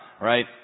right